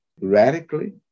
radically